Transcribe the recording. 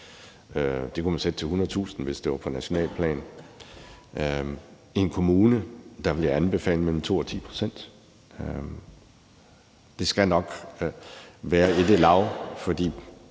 Det kunne man sætte til 100.000, hvis det var på nationalt plan. For en kommune ville jeg anbefale, at det var mellem 2 og 10 pct.. Det skal nok være i det lag, for